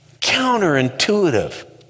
Counterintuitive